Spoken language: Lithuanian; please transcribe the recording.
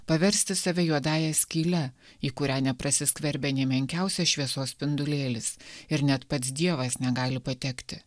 paversti save juodąja skyle į kurią neprasiskverbia nė menkiausias šviesos spindulėlis ir net pats dievas negali patekti